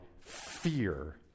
fear